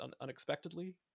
unexpectedly